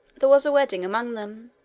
there was a wedding among them,